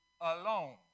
alone